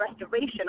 restoration